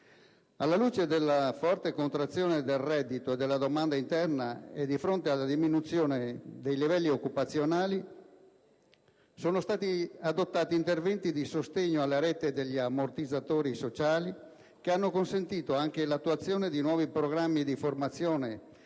Alla luce della forte contrazione del reddito e della domanda interna e di fronte alla diminuzione dei livelli occupazionali, sono stati adottati interventi di sostegno alla rete degli ammortizzatori sociali che hanno consentito anche l'attuazione di nuovi programmi di formazione per i